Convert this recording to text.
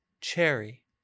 cherry